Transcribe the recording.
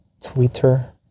Twitter